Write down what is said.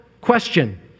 question